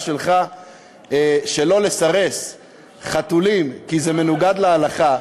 שלך שלא לסרס חתולים כי זה מנוגד להלכה.